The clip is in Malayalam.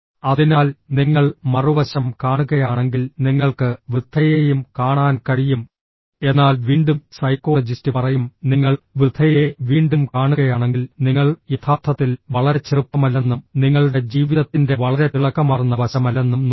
അതിനാൽ നിങ്ങൾ മറുവശം കാണുകയാണെങ്കിൽ നിങ്ങൾക്ക് വൃദ്ധയെയും കാണാൻ കഴിയും എന്നാൽ വീണ്ടും സൈക്കോളജിസ്റ്റ് പറയും നിങ്ങൾ വൃദ്ധയെ വീണ്ടും കാണുകയാണെങ്കിൽ നിങ്ങൾ യഥാർത്ഥത്തിൽ വളരെ ചെറുപ്പമല്ലെന്നും നിങ്ങളുടെ ജീവിതത്തിന്റെ വളരെ തിളക്കമാർന്ന വശമല്ലെന്നും നോക്കുന്നു